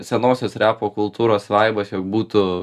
senosios repo kultūros vaibas jog būtų